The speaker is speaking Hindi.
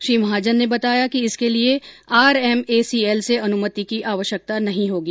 श्री महाजन ने बताया कि इसके लिए R M A C L से अनुमति की आवश्यकता नहीं होगी